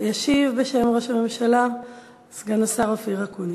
וישיב בשם ראש הממשלה סגן השר אופיר אקוניס.